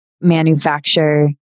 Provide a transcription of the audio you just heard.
manufacture